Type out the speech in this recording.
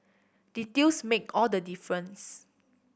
details make all the difference